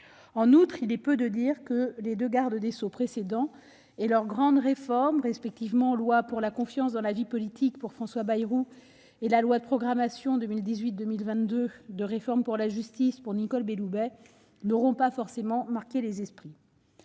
En outre, il est peu de dire que les deux gardes des sceaux précédents et leurs « grandes » réformes, respectivement la loi pour la confiance dans la vie politique de François Bayrou et la loi de programmation 2018-2022 et de réforme pour la justice de Nicole Belloubet, n'auront pas forcément marqué les esprits.